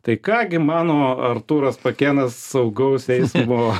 tai ką gi mano artūras pakėnas saugaus eismo